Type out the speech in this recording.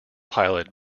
pilot